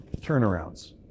turnarounds